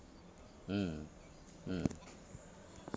mm mm